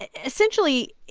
ah essentially,